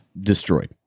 destroyed